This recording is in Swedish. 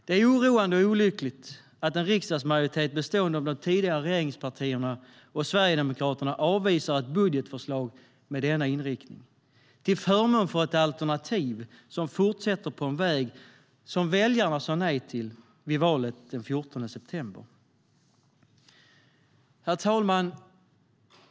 Det är oroande och olyckligt att en riksdagsmajoritet bestående av de tidigare regeringspartierna och Sverigedemokraterna avvisar ett budgetförslag med denna inriktning, till förmån för ett alternativ som fortsätter på en väg som väljarna sa nej till vid valet den 14 september. Herr talman!